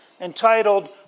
entitled